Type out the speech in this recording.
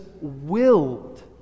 willed